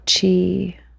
chi